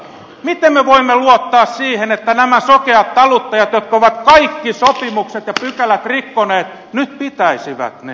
miten me voimme luottaa siihen että nämä sokeat taluttajat jotka ovat kaikki sopimukset ja pykälät rikkoneet nyt pitäisivät ne